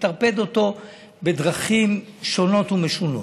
לטרפד אותו בדרכים שונות ומשונות.